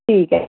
ठीक ऐ